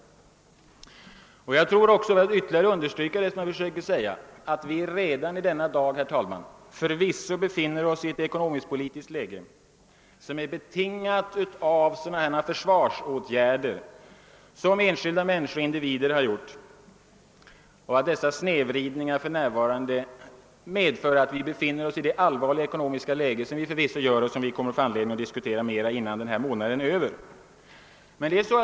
Jag vill även understryka min principiella uppfattning med att framhålla att vi redan i dag har ett ekonomiskt politiskt läge, som är betingat av försvarsåtgärder från enskilda individer och organisationer. Sådana snedvridningar har lett till vårt nuvarande förvisso allvarliga ekonomiska läge, som vi också kommer att få anledning att diskutera före denna månads slut.